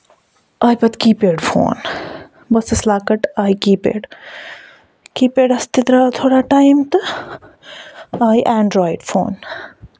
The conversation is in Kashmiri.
آے پَتہٕ کی پٮ۪ڈ فون بہٕ ٲسٕس لۄکٔٹ آیہِ کی پٮ۪ڈ کے پٮ۪ڈَس تہِ دراو تھوڑا ٹایم تہٕ آیہِ اینڈرِیوڈ فون